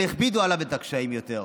אבל הכבידו עליו את הקשיים יותר.